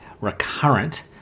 recurrent